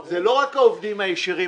ברור זה לא רק העובדים הישירים,